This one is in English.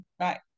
right